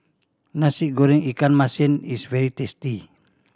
Nasi Goreng ikan masin is very tasty